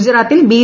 ഗുജറാത്തിൽ ബി